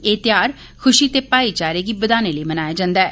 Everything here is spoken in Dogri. एह् त्यौहार खुशी ते भाईचारे गी बघाने लेई मनाया जंदा ऐ